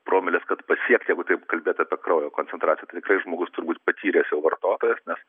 promiles kad pasiekt jeigu taip kalbėt apie kraujo koncentraciją tai tikrai žmogus turi būt patyręs jau vartotojas nes